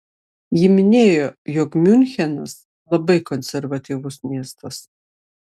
ji minėjo jog miunchenas labai konservatyvus miestas